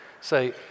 say